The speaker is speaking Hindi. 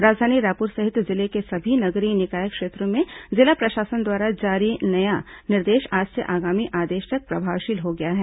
राजधानी रायपुर सहित जिले के सभी नगरीय निकाय क्षेत्रों में जिला प्रशासन द्वारा जारी नया निर्देश आज से आगामी आदेश तक प्रभावशील हो गया है